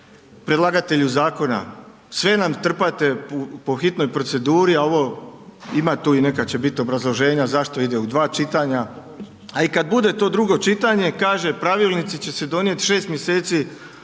predlagatelju zakona. Sve nam trpate po hitnoj proceduri, a ovo, ima tu i neka će biti obrazloženja zašto ide u dva čitanja, a i kad bude to drugo čitanje, kaže, pravilnici će se donijeti 6 mjeseci